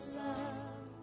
love